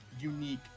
unique